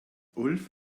ulf